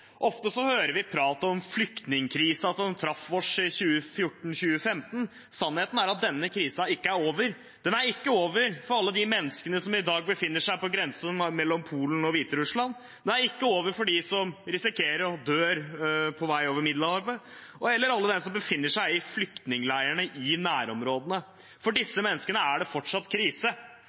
Ofte hører vi prat om flyktningkrisen som traff oss i 2014 og 2015. Sannheten er at den krisen ikke er over. Den er ikke over for alle de menneskene som i dag befinner seg på grensen mellom Polen og Hviterussland, den er ikke over for dem som risikerer å dø på vei over Middelhavet, og heller ikke for alle dem som befinner seg i flyktningleirene i nærområdene. For disse menneskene er det fortsatt krise.